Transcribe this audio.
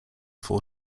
four